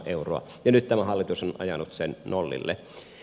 ja nyt tämä hallitus on ajanut sen nollille